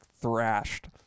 thrashed